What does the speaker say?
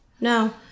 no